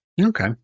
Okay